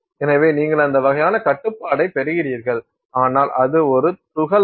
எனவே நீங்கள் அந்த வகையான கட்டுப்பாட்டைப் பெறுகிறீர்கள் ஆனால் அது ஒரு துகள் அல்ல